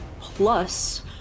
plus